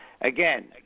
again